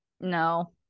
no